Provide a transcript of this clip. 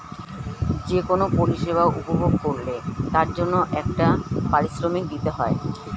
যে কোন পরিষেবা উপভোগ করলে তার জন্যে একটা পারিশ্রমিক দিতে হয়